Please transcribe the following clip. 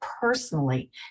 personally